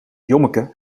jommeke